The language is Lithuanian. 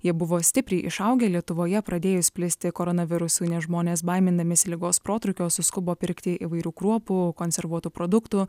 jie buvo stipriai išaugę lietuvoje pradėjus plisti koronavirusui nes žmonės baimindamiesi ligos protrūkio suskubo pirkti įvairių kruopų konservuotų produktų